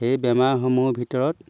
সেই বেমাৰসমূহৰ ভিতৰত